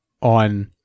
on